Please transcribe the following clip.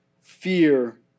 fear